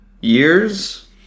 years